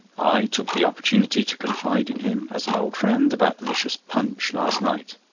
i took the opportunity to confide in him, as an old friend, about the vicious punch last night.